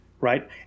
Right